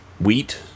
Wheat